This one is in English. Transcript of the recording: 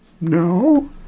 No